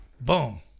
Boom